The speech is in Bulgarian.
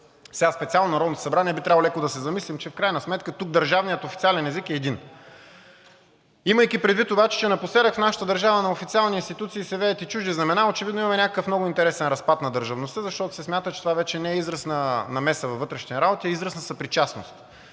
събрание би трябвало леко да се замислим, че в крайна сметка тук държавният официален език е един! Имайки предвид обаче, че напоследък в нашата държава на официални институции се веят и чужди знамена, очевидно имаме някакъв много интересен разпад на държавността, защото се смята, че това вече не е израз на намеса във вътрешните ни работи, а израз на съпричастност.